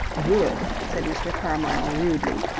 good! said mr. carmyle rudely,